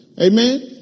Amen